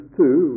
two